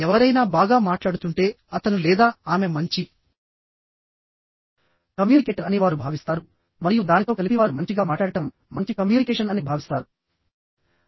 ఎవరైనా బాగా మాట్లాడుతుంటే అతను లేదా ఆమె మంచి కమ్యూనికేటర్ అని వారు భావిస్తారు మరియు దానితో కలిపి వారు మంచిగా మాట్లాడటం మంచి కమ్యూనికేషన్ అని భావిస్తారు